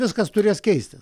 viskas turės keistis